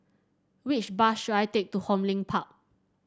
which bus should I take to Hong Lim Park